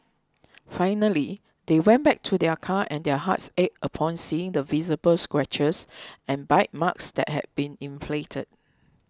finally they went back to their car and their hearts ached upon seeing the visible scratches and bite marks that had been inflicted